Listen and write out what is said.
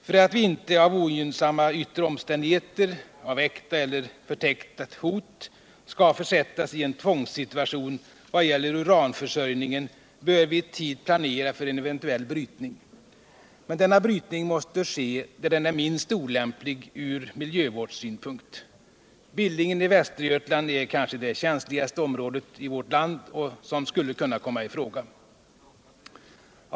För att vi inte av ogynnsamma yttre omständigheter — äkta eller förtäckta hot — skall försättas i en tvångssituation vad gäller uranförsörjningen bör vi i tid planera för en eventuell brytning. Men denna brytning måste ske där den är minst olämplig från miljövårdssynpunkt. Billingen i Västergötland är det kanske känsligaste området i vårt land som skulle komma i fråga.